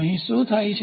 અહીં શું થાય છે